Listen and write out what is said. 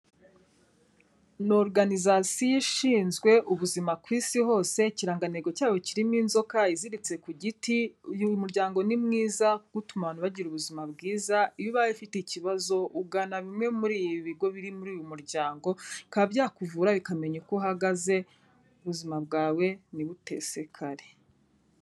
Ni oruganizasiyo ishinzwe ubuzima ku Isi hose. Ikirangantego cyawo kirimo inzoka iziritse ku giti. Uyu muryango ni mwiza, kuko utuma abantu bagira ubuzima bwiza. Iyo ubaye ufite ikibazo, ugana bimwe muri ibi bigo biri muri uyu muryango, bikaba byakuvura bikamenya uko uhagaze, ubuzima bwawe ntibutesekare.